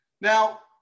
Now